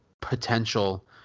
potential